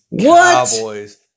Cowboys